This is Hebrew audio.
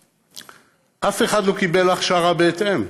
אף אחד לא קיבל הכשרה בהתאם.